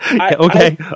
Okay